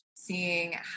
seeing